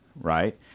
right